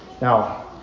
now